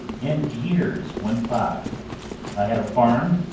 and years went by i had a farm,